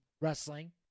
wrestling